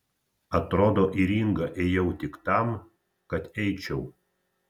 atrodo į ringą ėjau tik tam kad eičiau